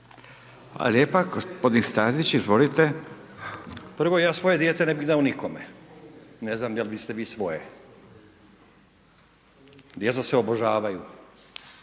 Hvala lijepo. Gospodin Stazić, izvolite. **Stazić, Nenad (SDP)** Prvo ja svoje dijete ne bih dao nikome, ne znam je li biste vi svoje. Djeca se obožavaju